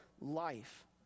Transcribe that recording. life